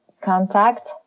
contact